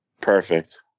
Perfect